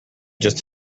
just